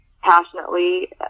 passionately